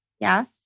Yes